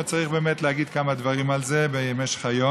עוד צריך באמת להגיד כמה דברים על זה במשך היום,